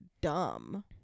dumb